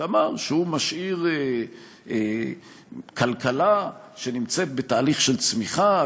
אמר שהוא משאיר כלכלה שנמצאת בתהליך של צמיחה,